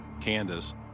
Candace